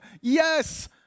Yes